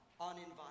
uninvited